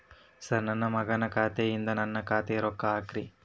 sir ನನ್ನ ಮಗನ ಖಾತೆ ಯಿಂದ ನನ್ನ ಖಾತೆಗ ರೊಕ್ಕಾ ಹಾಕ್ರಿ